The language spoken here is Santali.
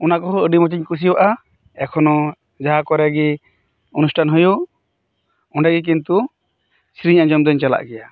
ᱚᱱᱟ ᱠᱚᱦᱚᱸ ᱟᱹᱰᱤ ᱢᱚᱸᱡᱽ ᱤᱧ ᱠᱩᱥᱤᱣᱟᱜᱼᱟ ᱮᱠᱷᱚᱱᱚ ᱡᱟᱦᱟᱸ ᱠᱚᱨᱮᱜᱮ ᱚᱱᱩᱥᱴᱷᱟᱱ ᱦᱩᱭᱩᱜ ᱚᱸᱰᱮᱜᱮ ᱠᱤᱱᱛᱩ ᱥᱮᱨᱮᱧ ᱟᱸᱡᱚᱢ ᱫᱚᱸᱧ ᱪᱟᱞᱟᱜ ᱜᱮᱭᱟ